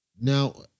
Now